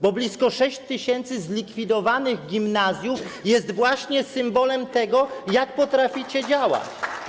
Bo blisko 6 tys. zlikwidowanych gimnazjów jest właśnie symbolem tego, jak potraficie działać.